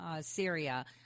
Syria